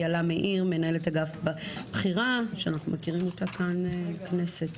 איילה מאיר מנהלת אגף בכירה שאנחנו מכירים אותה כאן בכנסת.